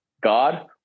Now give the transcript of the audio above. God